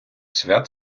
свят